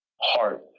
heart